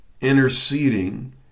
interceding